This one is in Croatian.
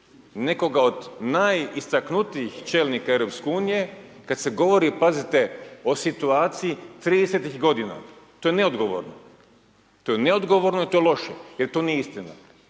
nekoga od najistaknutijih čelnika EU kad se govori pazite o situaciji 30 godina, to je neodgovorno, to je neodgovorno i to je loše jer to nije istina.